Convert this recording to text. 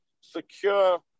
secure